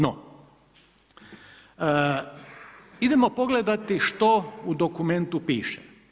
No, idemo pogledati što u dokumentu piše.